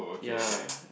ya